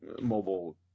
mobile